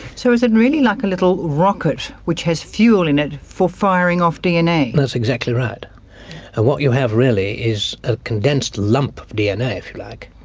so is it really like a little rocket which has fuel in it for firing off dna? that's exactly right. and what you have really is a condensed lump of dna, if you like,